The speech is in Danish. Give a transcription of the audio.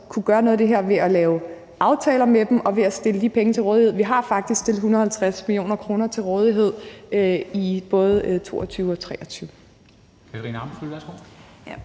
kunne gøre noget af det her ved at lave aftaler med dem og ved at stille de penge til rådighed. Vi har faktisk stillet 150 mio. kr. til rådighed i både 2022 og 2023.